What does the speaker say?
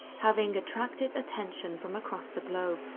having attracted attention from across the globe.